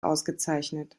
ausgezeichnet